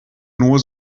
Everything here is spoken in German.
nur